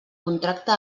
contracte